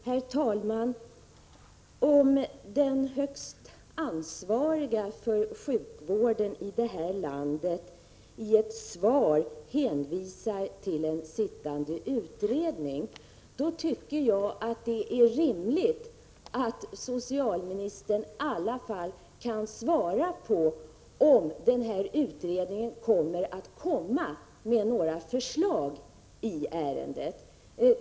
Herr talman! Om den högsta ansvariga för sjukvården i landet i ett interpellationssvar hänvisar till en sittande utredning, tycker jag att det är rimligt att hon åtminstone kan svara på om denna utredning kommer att lägga fram några förslag i ärendet.